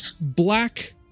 black